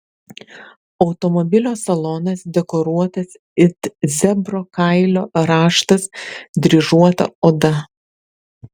automobilio salonas dekoruotas it zebro kailio raštas dryžuota oda